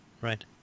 right